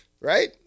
right